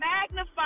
magnify